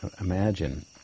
imagine